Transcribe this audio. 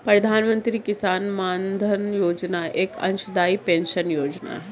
प्रधानमंत्री किसान मानधन योजना एक अंशदाई पेंशन योजना है